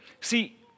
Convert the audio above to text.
See